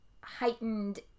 heightened